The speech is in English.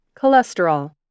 Cholesterol